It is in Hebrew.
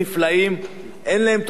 אין להם טרוניות למסתננים.